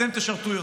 אתם תשרתו יותר.